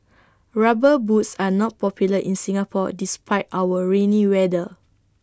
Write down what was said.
rubber boots are not popular in Singapore despite our rainy weather